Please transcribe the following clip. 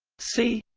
c